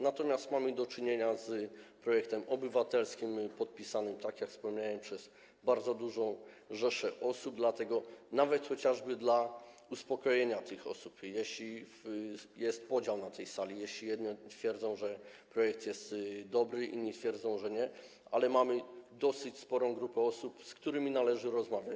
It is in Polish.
Natomiast mamy do czynienia z projektem obywatelskim podpisanym, tak jak wspomniałem, przez bardzo dużą rzeszę osób, dlatego nawet chociażby dla uspokojenia tych osób - szczególnie jeśli jest podział na tej sali, jeśli jedni twierdzą, że projekt jest dobry, inni twierdzą, że nie - których mamy dosyć sporą grupę, należy z nimi rozmawiać.